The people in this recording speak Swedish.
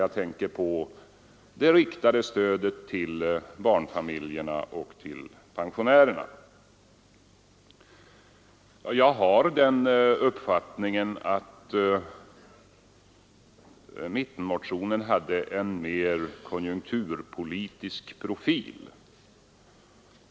Jag tänker här på det riktade stödet till barnfamiljerna och till pensionärerna. Jag har den uppfattningen att mittenmotionen hade en mer konjunkturpolitisk profil.